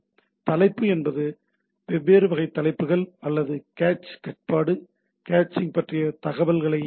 தலைப்பு என்பது வெவ்வேறு வகை தலைப்புகள் அதாவது கேச் கட்டுப்பாடு கேச்சிங் பற்றிய தகவல் தகவல்களைக் குறிப்பிடுகிறது